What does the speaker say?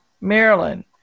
Maryland